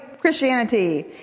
Christianity